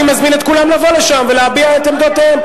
אני מזמין את כולם לבוא לשם ולהביע את עמדותיהם.